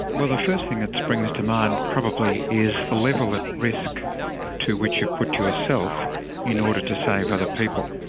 well the first thing that springs to mind probably is the level of risk to which you put yourself in order to save other people.